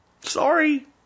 Sorry